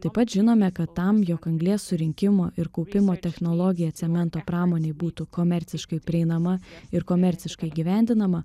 taip pat žinome kad tam jog anglies surinkimo ir kaupimo technologija cemento pramonei būtų komerciškai prieinama ir komerciškai įgyvendinama